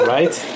Right